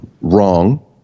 wrong